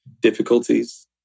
difficulties